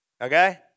Okay